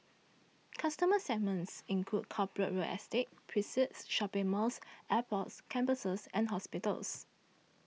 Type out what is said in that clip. customer segments include corporate real estate precincts shopping malls airports campuses and hospitals